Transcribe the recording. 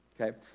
Okay